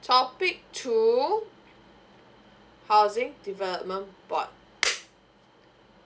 topic two housing development board